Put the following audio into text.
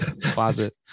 closet